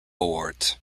awards